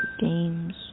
games